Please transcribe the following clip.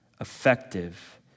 effective